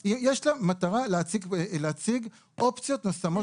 לא, יש לה מטרה להציג אופציות נוספות שקיימות.